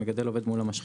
המגדל עובד מול המשחטה.